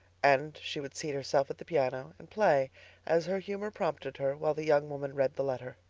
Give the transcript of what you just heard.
and she would seat herself at the piano and play as her humor prompted her while the young woman read the letter.